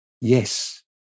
Yes